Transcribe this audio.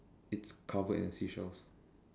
it's covered in seashells